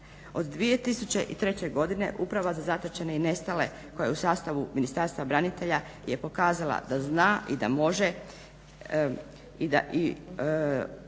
Od 2003. godine Uprava za zatočene i nestale koja je u sastavu Ministarstva branitelja je pokazala da zna i da može, ove